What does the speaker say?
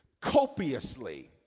copiously